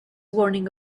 warning